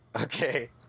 Okay